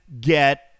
get